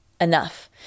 enough